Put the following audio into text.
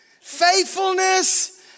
faithfulness